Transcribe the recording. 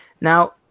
Now